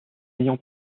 ayant